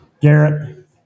Garrett